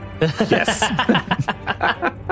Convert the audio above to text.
Yes